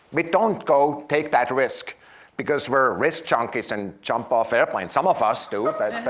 we don't go take that risk because we're risk junkies and jump off airplanes. some of us do, but,